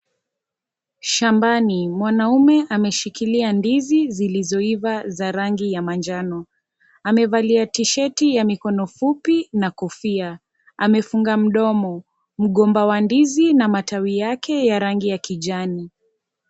Shambani mwanaume ameshikilia ndizi zilizoiva za rangi ya manjano, amevalia t-shirti ya mikono fupi na kofia, amefunga mdomo, mgomba wa ndizi na matawi yake ya rangi yake ya kijani.